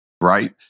right